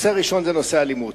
הנושא הראשון הוא נושא האלימות.